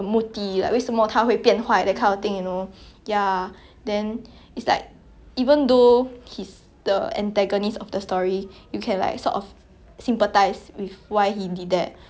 the antagonists of the story you can like sort of sympathize with why he did that then like at the end of the drama it's like you really you leave the like 你看完就觉得 orh 其实